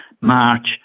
March